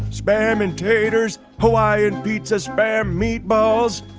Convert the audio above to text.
spam and taters, hawaiian pizza spam meatballs.